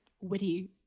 witty